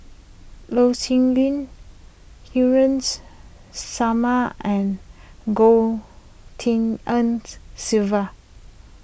Loh Sin Yun Haresh Sharma and Goh Tshin En Sylvia